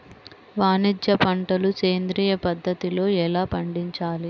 వాణిజ్య పంటలు సేంద్రియ పద్ధతిలో ఎలా పండించాలి?